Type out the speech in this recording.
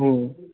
हूँ